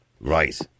Right